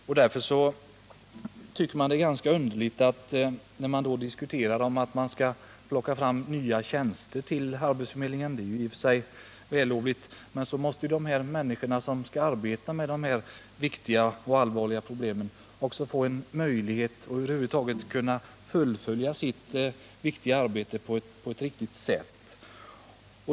Det framstår mot denna bakgrund som ganska underligt att man diskuterar inrättande av nya tjänster vid arbetsförmedlingarna. Även om detta i och för sig är vällovligt måste ju de människor som skall arbeta med dessa viktiga och allvarliga frågor också få en möjlighet att fullfölja sitt arbete på ett riktigt sätt.